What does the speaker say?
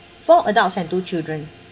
four adults and two children